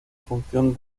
función